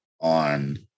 on